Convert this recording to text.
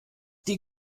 die